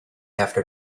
after